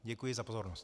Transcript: Děkuji za pozornost.